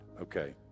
Okay